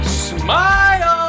smile